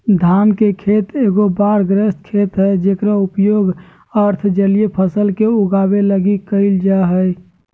धान के खेत एगो बाढ़ग्रस्त खेत हइ जेकर उपयोग अर्ध जलीय फसल के उगाबे लगी कईल जा हइ